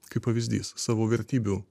kaip pavyzdys savo vertybių